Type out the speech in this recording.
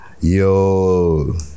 Yo